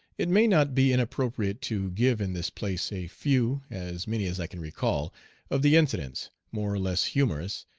it may not be inappropriate to give in this place a few as many as i can recall of the incidents, more or less humorous,